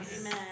Amen